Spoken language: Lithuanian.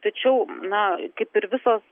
tačiau na kaip ir visos